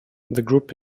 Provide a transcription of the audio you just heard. group